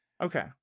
Okay